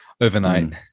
overnight